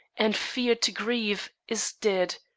and feared to grieve, is dead.